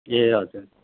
ए हजुर